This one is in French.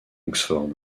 oxford